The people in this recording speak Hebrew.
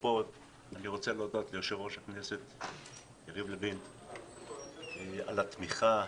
אני רוצה להודות ליושב-ראש הכנסת יריב לוין על התמיכה,